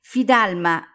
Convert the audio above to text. Fidalma